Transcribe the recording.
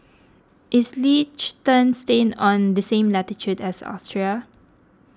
is Liechtenstein on the same latitude as Austria